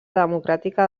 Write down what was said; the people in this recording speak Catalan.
democràtica